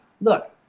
Look